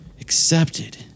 accepted